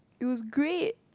it was great